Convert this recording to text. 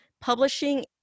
publishing